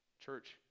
Church